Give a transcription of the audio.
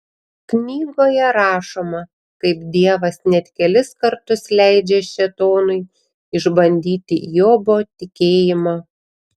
knygoje rašoma kaip dievas net kelis kartus leidžia šėtonui išbandyti jobo tikėjimą